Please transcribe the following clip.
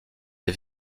des